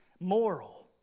moral